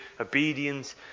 obedience